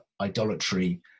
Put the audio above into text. idolatry